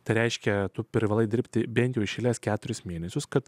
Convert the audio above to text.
tai reiškia tu privalai dirbti bent jų iš eilės keturis mėnesius kad